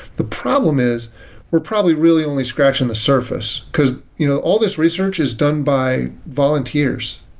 the problem is we're probably really only scratching the surface, because you know all these research is done by volunteers.